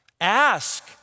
Ask